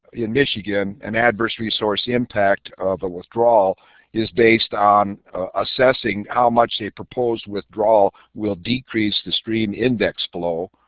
in michigan an adverse resource impact of the withdrawal is based on assessing how much a proposed withdrawal will decrease the stream index flow.